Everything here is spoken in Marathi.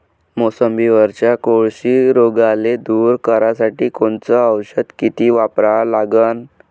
मोसंबीवरच्या कोळशी रोगाले दूर करासाठी कोनचं औषध किती वापरा लागन?